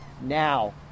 now